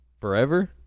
forever